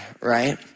right